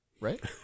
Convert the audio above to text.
Right